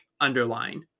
underline